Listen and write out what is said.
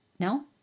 No